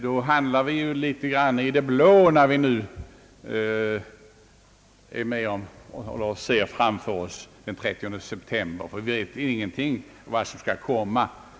Då hamnar vi ju litet grand i det blå när vi ser den 30 september framför oss och inte vet någonting om vad som skall komma.